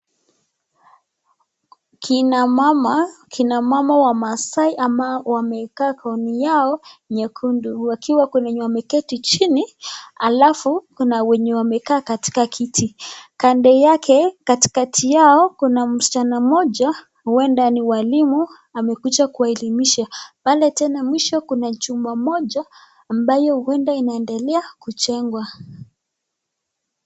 Kina mama wamaasai, ambao wamevaa gauni yao nyekundu, wakiwa kuna wenye wameketi chini, alafu kuna wenye wamekaa katika kiti, kando yake katikati yao kuna msichana mmoja huenda ni mwalimu, amekuja kuwaeleimisha, pale tena mwisho kuna chumba moja, ambayo huenda inaendelea kujengwa.